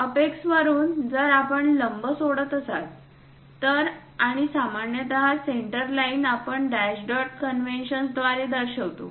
apex वरून जर आपण लंब सोडत असाल तर आणि सामान्यत सेंटर लाईन आपण डॅश डॉट कॉन्व्हेन्सन्स द्वारे दर्शवतो